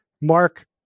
Mark